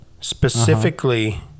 Specifically